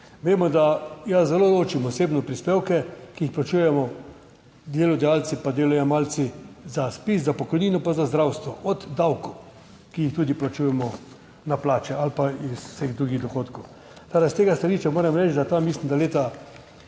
Vemo da, jaz zelo ločim osebno prispevke, ki jih plačujemo delodajalci pa delojemalci za ZPIZ, za pokojnino, pa za zdravstvo, od davkov, ki jih tudi plačujemo na plače ali pa iz vseh drugih dohodkov. Tako, da s tega stališča moram reči, da tam